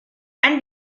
and